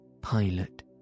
Pilot